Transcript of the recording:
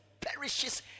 perishes